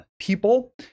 people